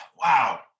Wow